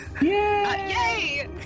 Yay